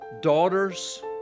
daughters